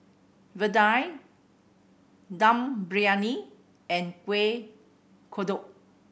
vadai Dum Briyani and Kueh Kodok